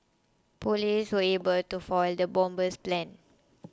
police were able to foil the bomber's plans